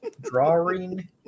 drawing